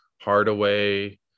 Hardaway